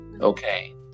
okay